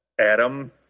Adam